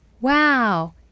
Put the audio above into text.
Wow